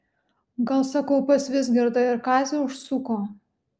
gal sakau pas vizgirdą ar kazį užsuko